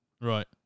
right